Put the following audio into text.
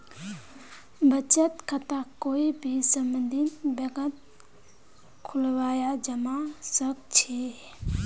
बचत खाताक कोई भी सम्बन्धित बैंकत खुलवाया जवा सक छे